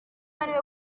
ariwe